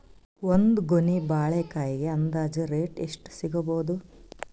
ಒಂದ್ ಗೊನಿ ಬಾಳೆಕಾಯಿಗ ಅಂದಾಜ ರೇಟ್ ಎಷ್ಟು ಸಿಗಬೋದ?